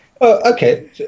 Okay